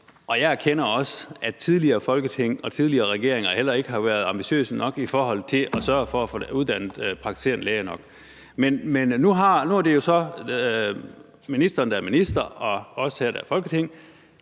jeg erkender også, at tidligere Folketing og tidligere regeringer heller ikke har været ambitiøse nok i forhold til at sørge for at få uddannet praktiserende læger nok. Men nu er det jo så ministeren, der er minister, og os her, der er Folketing,